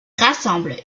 rassemble